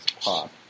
pop